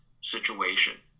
situation